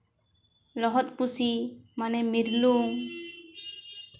ᱞᱚᱦᱚᱫ ᱯᱩᱥᱤ ᱢᱟᱱᱮ ᱢᱤᱨᱞᱩᱝ